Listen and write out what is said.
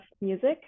music